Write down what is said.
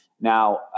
Now